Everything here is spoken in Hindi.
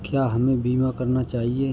क्या हमें बीमा करना चाहिए?